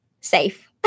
safe